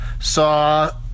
saw